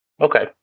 Okay